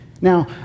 Now